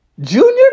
Junior